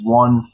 one